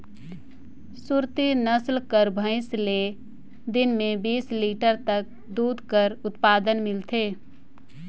सुरती नसल कर भंइस ले दिन में बीस लीटर तक दूद कर उत्पादन मिलथे